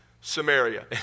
Samaria